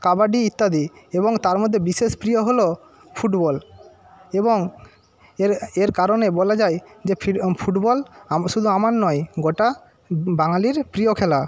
কাবাডি ইত্যাদি এবং তার মধ্যে বিশেষ প্রিয় হল ফুটবল এবং এর এর কারণে বলা যায় যে ফুটবল আম শুধু আমার নয় গোটা বাঙালির প্রিয় খেলা